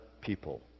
people